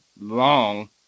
long